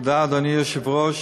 תודה, אדוני היושב-ראש,